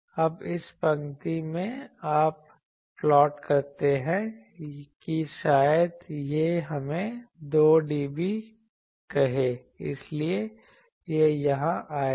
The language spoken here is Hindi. अब इस पंक्ति में आप प्लॉट करते हैं कि शायद यह हमें 2dB कहे इसलिए यह यहाँ आएगा